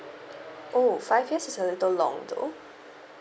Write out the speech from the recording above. oh five years is a little long though